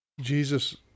Jesus